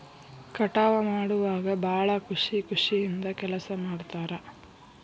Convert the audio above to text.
ಕಟಾವ ಮಾಡುವಾಗ ಭಾಳ ಖುಷಿ ಖುಷಿಯಿಂದ ಕೆಲಸಾ ಮಾಡ್ತಾರ